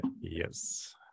yes